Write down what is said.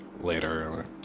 later